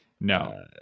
No